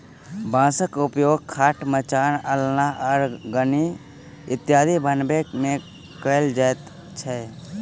बाँसक उपयोग खाट, मचान, अलना, अरगनी इत्यादि बनबै मे कयल जाइत छै